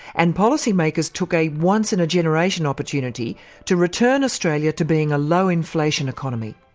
and policymakers took a once-in-a-generation opportunity to return australia to being a low inflation economy.